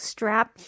Strap